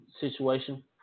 situation